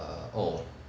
err oh